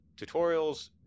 tutorials